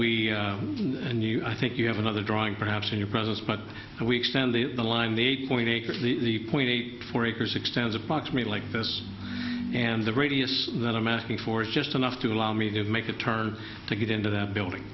we and you i think you have another drawing perhaps in your presence but we extend the line the eight point eight point eight four acres extends approximate like this and the radius that i'm asking for is just enough to allow me to make a turn to get into that building